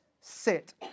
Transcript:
sit